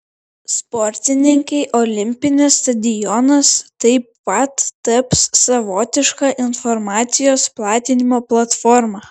sportininkei olimpinis stadionas taip pat taps savotiška informacijos platinimo platforma